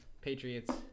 Patriots